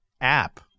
app